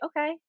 okay